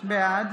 בעד